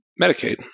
Medicaid